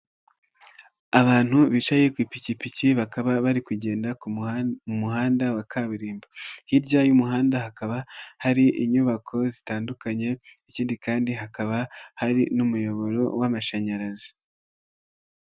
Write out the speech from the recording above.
Abantu bicaye ku ipikipiki bakaba bari kugenda ku muhanda mu muhanda wa kaburimbo, hirya y'umuhanda hakaba hari inyubako zitandukanye, ikindi kandi hakaba hari n'umuyoboro w'amashanyarazi.